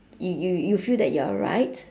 you you you feel that you are right